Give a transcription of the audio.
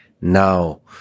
now